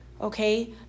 okay